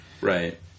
Right